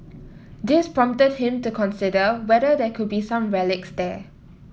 this prompted him to consider whether there could be some relics there